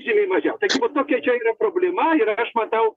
žymiai mažiau tai vat tokia čia yra problema ir aš matau